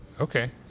Okay